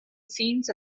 scenes